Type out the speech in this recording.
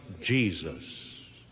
Jesus